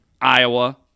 Iowa